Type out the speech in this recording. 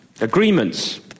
Agreements